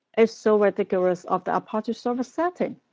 it's so ridiculous of the apache server setting,